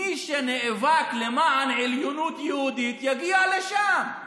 מי שנאבק למען עליונות יהודית יגיע לשם.